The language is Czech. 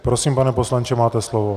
Prosím, pane poslanče, máte slovo.